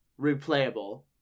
replayable